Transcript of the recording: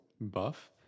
buff